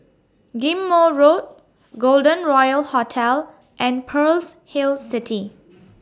Ghim Moh Road Golden Royal Hotel and Pearl's Hill City